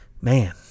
Man